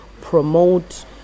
promote